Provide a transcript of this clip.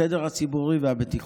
הסדר הציבורי והבטיחות,